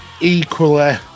equally